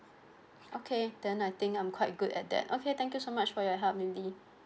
okay then I think I'm quite good at that okay thank you so much for your help lily